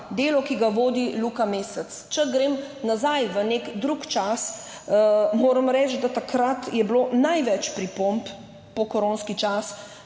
delo, ki ga vodi Luka Mesec. Če grem nazaj v nek drug čas, moram reči, da takrat je bilo največ pripomb, pokoronski čas,